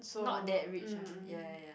not that rich ah ya ya ya